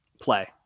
play